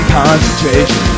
concentration